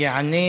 תעלה